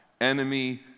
enemy